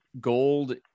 gold